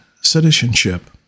citizenship